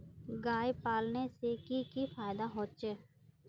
गाय पालने से की की फायदा होचे?